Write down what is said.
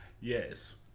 Yes